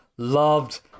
Loved